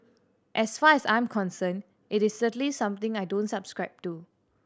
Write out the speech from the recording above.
as far as I'm concerned it is certainly something I don't subscribe to